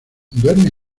duerme